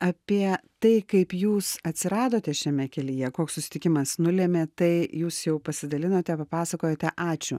apie tai kaip jūs atsiradote šiame kelyje koks susitikimas nulėmė tai jūs jau pasidalinote papasakojote ačiū